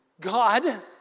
God